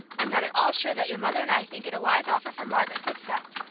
i'm not at all sure that your mother and i think it a wise offer for margaret to accept,